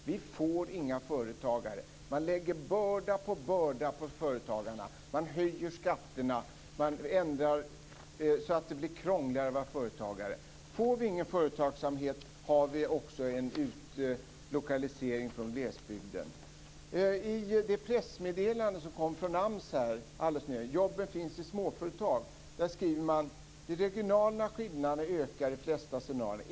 Vi får inga företagare. Man lägger börda på börda på företagarna. Man höjer skatterna. Man ändrar så att det blir krångligare att vara företagare. Har vi ingen företagsamhet får vi en utflyttning från glesbygden. I det pressmeddelande som kom från AMS nyligen, Jobben finns i småföretag, skriver man: "de regionala skillnaderna ökar i de flesta scenarierna.